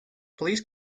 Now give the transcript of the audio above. police